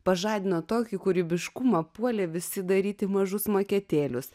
pažadino tokį kūrybiškumą puolė visi daryti mažus maketėlius